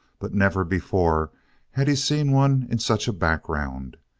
but never before had he seen one in such a background.